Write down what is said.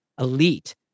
elite